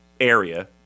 area